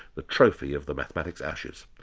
the trophy of the mathematics ashes.